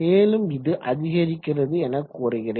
மேலும் இது அதிகரிக்கிறது எனக்கூறுகிறேன்